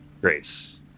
Grace